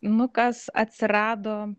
nukas atsirado